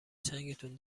چنگتون